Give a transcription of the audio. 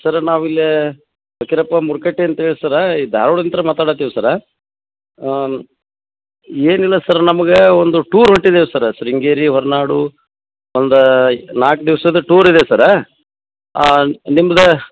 ಸರ ನಾವು ಇಲ್ಲಿ ಪಕೀರಪ್ಪ ಮೂರ್ಕಟ್ಟಿ ಅಂತ್ಹೇಳಿ ಸರ ಈ ಧಾರ್ವಾಡ ದಿನ್ತ್ರ ಮಾತಾಡಕತ್ತೀವಿ ಸರ ಏನಿಲ್ಲ ಸರ ನಮ್ಗ ಒಂದು ಟೂರ್ ಹೊಂಟಿದ್ದೀವಿ ಸರ ಶೃಂಗೇರಿ ಹೊರ್ನಾಡು ಒಂದು ನಾಲ್ಕು ದಿವ್ಸದ ಟೂರ್ ಇದೆ ಸರ ಆ ನಿಮ್ದು